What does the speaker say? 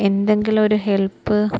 എന്തെങ്കിലും ഒരു ഹെൽപ്പ്